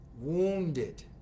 wounded